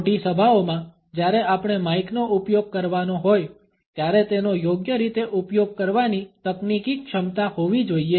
મોટી સભાઓમાં જ્યારે આપણે માઇક નો ઉપયોગ કરવાનો હોય ત્યારે તેનો યોગ્ય રીતે ઉપયોગ કરવાની તકનીકી ક્ષમતા હોવી જોઇએ